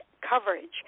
coverage